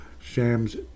Shams